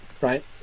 right